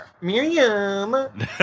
Miriam